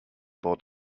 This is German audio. wort